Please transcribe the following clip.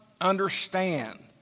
understand